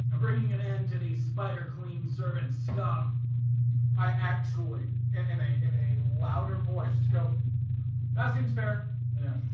um bringing an end to the spider clean servants come i actually in a in a louder voice just go that seems fair yeah